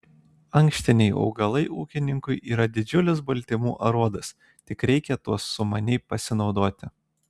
ankštiniai augalai ūkininkui yra didžiulis baltymų aruodas tik reikia tuo sumaniai pasinaudoti